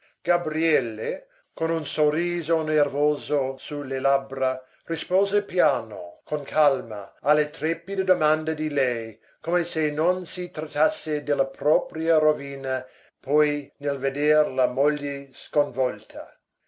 gabriele con un sorriso nervoso su le labbra rispose piano con calma alle trepide domande di lei come se non si trattasse della propria rovina poi nel veder la moglie sconvolta